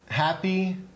Happy